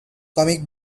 comic